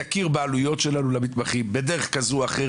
תכיר בעלויות שלנו למתמחים בדרך כזאת או אחרת,